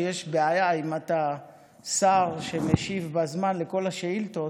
שיש בעיה אם אתה שר שמשיב בזמן על כל השאילתות,